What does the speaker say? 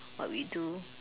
what we do